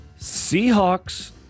Seahawks